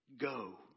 go